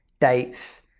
dates